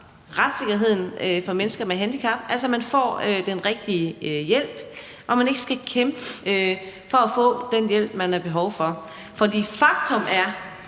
retssikkerheden for mennesker med handicap, altså at man får den rigtige hjælp, og at man ikke skal kæmpe for at få den hjælp, man har behov for? For faktum er,